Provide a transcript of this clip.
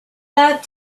that